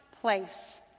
place